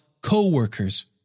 co-workers